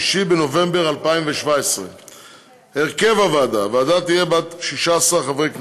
בנובמבר 2017. הרכב הוועדה: הוועדה תהיה בת 16 חברי הכנסת.